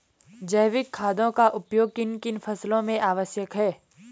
जैविक खादों का उपयोग किन किन फसलों में आवश्यक है?